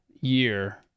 year